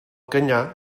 canyar